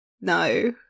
no